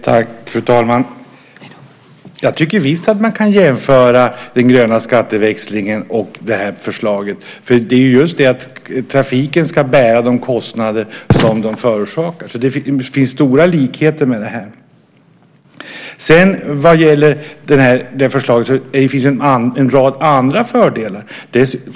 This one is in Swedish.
Fru talman! Jag tycker visst att man kan jämföra den gröna skatteväxlingen och förslaget. Trafiken ska bära de kostnader som den förorsakar. Det finns stora likheter med detta. Det finns en rad fördelar med förslaget.